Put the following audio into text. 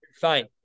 Fine